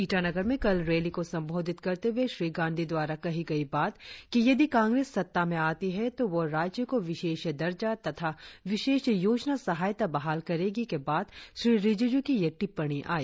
ईटानगर में कल एक रैली को संबोधित करते हुए श्री गांधी द्वारा कही गई बात कि यदि कांग्रेस सत्ता में आती है तो वह राज्य को विशेष दर्जा तथा विशेष योजना सहायता बहाल करेगी के बाद श्री रिजिज् की यह टिप्पणी आई